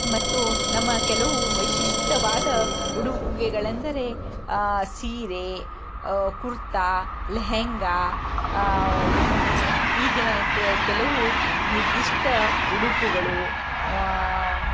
ಮತ್ತು ನಮ್ಮ ಕೆಲವು ವಿಶಿಷ್ಟವಾದ ಉಡುಗೆಗಳೆಂದರೆ ಸೀರೆ ಕುರ್ತಾ ಲೆಹೆಂಗಾ ಈಗಿನ ಕೆಲವು ನಿರ್ದಿಷ್ಟ ಉಡುಪುಗಳು